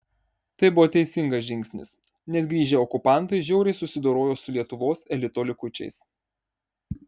tai buvo teisingas žingsnis nes grįžę okupantai žiauriai susidorojo su lietuvos elito likučiais